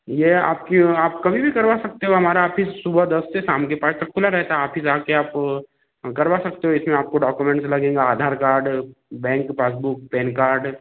ये आपके आप कभी भी करवा सकते हो हमारा आफिस सुबह दस से शाम के पाँच तक खुला रहता है आ कर जहाँ से आप करवा सकते हो इसमें आपको डाक्यूमेंट्स लगेंगे Aadhaar card bank passbook PAN card